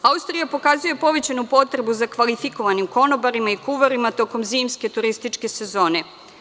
Austrija pokazuje povećanu potrebu za kvalifikovanim konobarima i kuvarima tokom zimske turističke sezone.